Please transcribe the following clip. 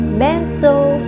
mental